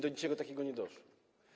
Do niczego takiego nie doszło.